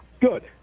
Good